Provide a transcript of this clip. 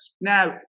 Now